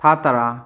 ꯊꯥ ꯇꯔꯥ